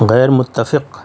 غیر متفق